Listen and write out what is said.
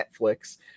Netflix